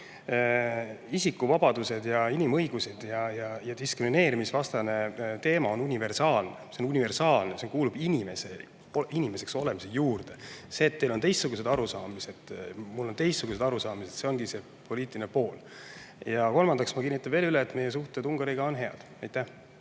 isikuvabadused ja inimõigused ja diskrimineerimisvastane teema on universaalne, see on universaalne, see kuulub inimeseks olemise juurde. See, et teil on teistsugused arusaamised ja mul on teistsugused arusaamised, ongi see poliitiline pool. Ja kolmandaks, ma kinnitan veel üle, et meie suhted Ungariga on head. Aitäh!